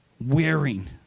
Wearing